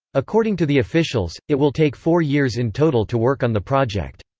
according to the officials, it will take four years in total to work on the project.